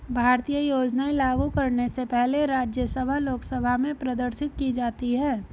भारतीय योजनाएं लागू करने से पहले राज्यसभा लोकसभा में प्रदर्शित की जाती है